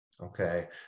okay